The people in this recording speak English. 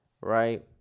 right